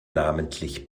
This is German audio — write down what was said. namentlich